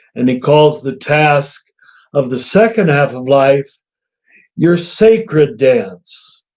and he calls the task of the second half of life your sacred dance.